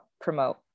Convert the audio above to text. promote